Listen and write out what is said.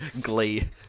Glee